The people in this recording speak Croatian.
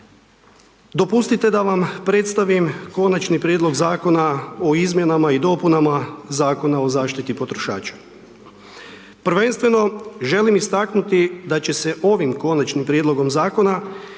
Dopustite da vam predstavom Konačni prijedlog Zakona o izmjenama i dopunama Zakona o zaštiti potrošača. Prvenstveno želim istaknuti da će se ovim konačnim prijedlogom zakona,